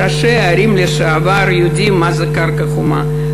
ראשי ערים לשעבר יודעים מה זה קרקע חומה,